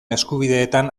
eskubideetan